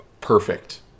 perfect